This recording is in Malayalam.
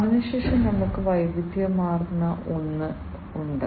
അതിനുശേഷം നമുക്ക് വൈവിധ്യമാർന്ന ഒന്ന് ഉണ്ട്